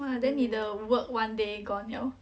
!wah! then 你的 work one day gone liao ya but okay lah